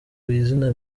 izina